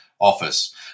office